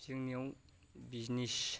जोंनियाव बिजनेस